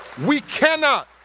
we cannot